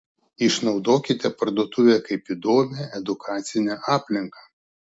išnaudokite parduotuvę kaip įdomią edukacinę aplinką